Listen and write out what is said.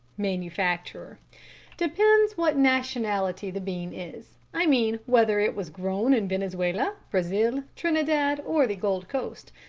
manufacturer depends what nationality the bean is i mean whether it was grown in venezuela, brazil, trinidad, or the gold coast.